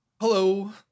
hello